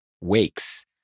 wakes